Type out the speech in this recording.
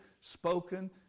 spoken